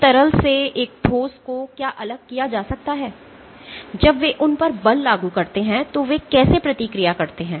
एक तरल से एक ठोस को क्या अलग किया जाता है जब वे उन पर बल लागू करते हैं तो वे कैसे प्रतिक्रिया करते हैं